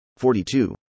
42